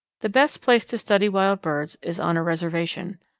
the best place to study wild birds is on a reservation,